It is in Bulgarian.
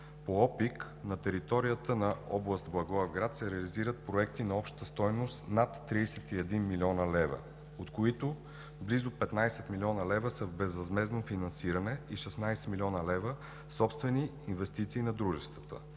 по ОПИК на територията на област Благоевград се реализират проекти на обща стойност над 31 млн. лв., от които близо 15 млн. лв. са безвъзмездно финансиране и 16 млн. лв. – собствени инвестиции на дружествата.